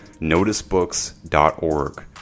noticebooks.org